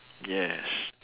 yes